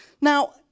Now